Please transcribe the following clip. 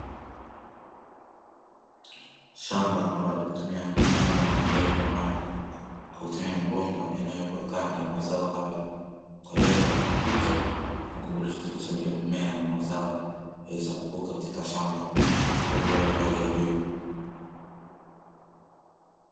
Shamba ambalo hutumia mfumo wa umwagiliaji wa maji kwa kutumia mabomba yanayowekwa kanda ya mazao hayo kwa lengo la kukuza na kuboresha uzalishaji wa mimea na mazao yaweze kukua katika shamba katika ubora wa hali ya juu.